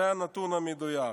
זה הנתון המדויק.